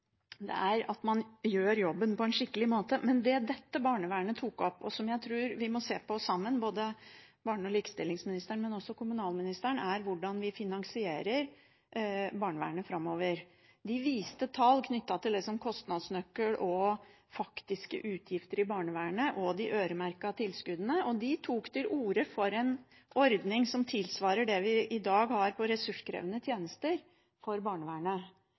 det er at man gjør jobben på en skikkelig måte. Men det dette barnevernet tok opp, og som jeg tror vi må se på sammen – både barne- og likestillingsministeren og kommunalministeren – er hvordan vi finansierer barnevernet framover. De viste tall knyttet til kostnadsnøkkel, faktiske utgifter i barnevernet og de øremerkede tilskuddene, og de tok til orde for en ordning som tilsvarer det vi i dag har på ressurskrevende tjenester, for barnevernet.